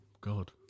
God